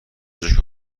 جوک